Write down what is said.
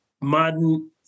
modern